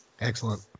Excellent